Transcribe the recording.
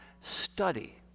study